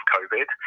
Covid